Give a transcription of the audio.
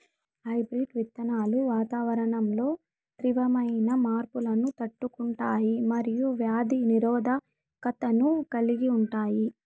hybrid విత్తనాలు వాతావరణంలో తీవ్రమైన మార్పులను తట్టుకుంటాయి మరియు వ్యాధి నిరోధకతను కలిగి ఉంటాయి